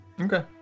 okay